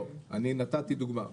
לא, אני נתתי דוגמה.